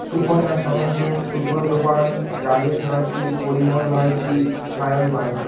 Suparna Samanta Subrata Pan Rajesh Maiti Parimal Maiti Sayan Maiti